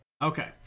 Okay